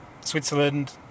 Switzerland